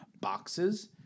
boxes